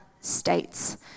states